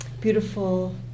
beautiful